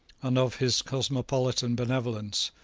and of his cosmopolitan benevolence,